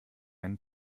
einen